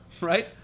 Right